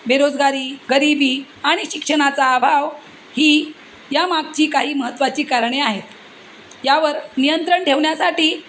बेरोजगारी गरिबी आणि शिक्षणाचा अभाव ही या मागची काही महत्त्वाची कारणे आहेत यावर नियंत्रण ठेवण्यासाठी